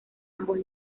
ambos